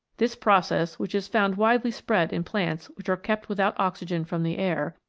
this process, which is found widely spread in plants which are kept without oxygen from the air,